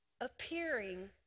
appearing